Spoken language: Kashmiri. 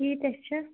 کۭتیاہ چھِ